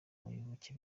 abayoboke